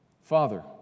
Father